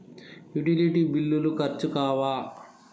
Utility బిల్లులు ఖర్చు కావా?